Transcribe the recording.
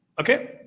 okay